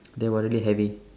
they were really heavy